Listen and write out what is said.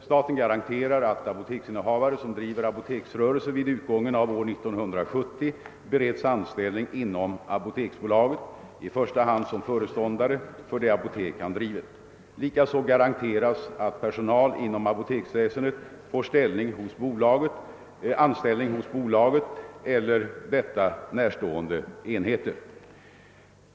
Staten garanterar att apoteksinnehavare som driver apoteksrörelse vid utgången av år 1970 bereds anställning inom apoteksbolaget, i första hand som föreståndare för det apotek han drivit. Likaså garanteras att personal inom apoteksväsendet får anställning hos bolaget eller detta närstående enheter.